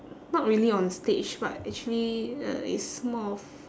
not really on stage but actually uh it's more of